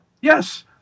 Yes